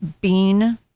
bean